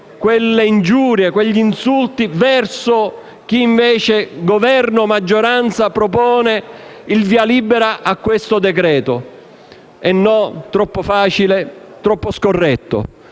le ingiurie e gli insulti verso chi invece, come Governo e maggioranza, propone il via libera a questo decreto-legge. È troppo facile, troppo scorretto;